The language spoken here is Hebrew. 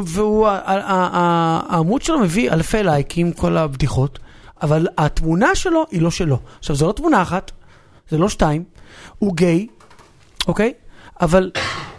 והעמוד שלו מביא אלפי לייקים, כל הבדיחות, אבל התמונה שלו היא לא שלו. עכשיו, זו לא תמונה אחת, זה לא שתיים, הוא גיי, אוקיי? אבל,